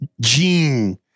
gene